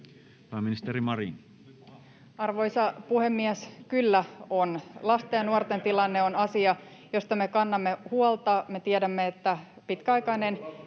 Content: Arvoisa puhemies! Kyllä on. Lasten ja nuorten tilanne on asia, josta me kannamme huolta. Me tiedämme, että pitkäaikainen